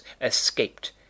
escaped